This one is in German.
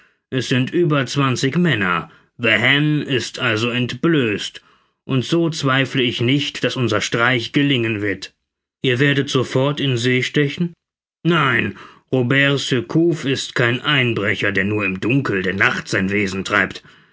es sind über zwanzig männer the hen ist also entblößt und so zweifle ich nicht daß unser streich gelingen wird ihr werdet sofort in see stechen nein robert surcouf ist kein einbrecher der nur im dunkel der nacht sein wesen treibt